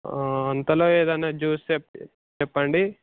అంతలో ఏదన్న జ్యూస్ చె చెప్పండి